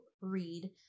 read